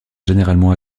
généralement